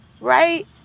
right